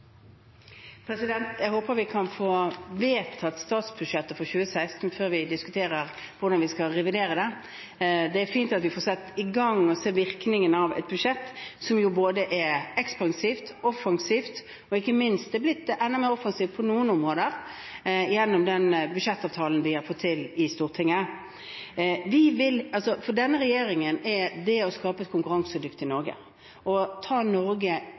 Jeg håper vi kan få vedtatt statsbudsjettet for 2016 før vi diskuterer hvordan vi skal revidere det. Det er fint at vi får satt i gang og sett virkningene av et budsjett som jo både er ekspansivt og offensivt, og som ikke minst er blitt enda mer offensivt på noen områder gjennom den budsjettavtalen vi har fått til i Stortinget. For denne regjeringen er det å skape et konkurransedyktig Norge og å ta Norge